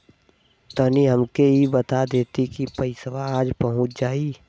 तनि हमके इ बता देती की पइसवा आज पहुँच जाई?